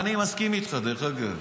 אני מסכים איתך, דרך אגב.